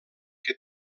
que